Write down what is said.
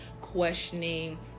questioning